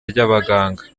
ry’abaganga